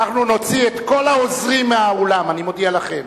אנחנו נוציא את כל העוזרים מהאולם, אני מודיע לכם.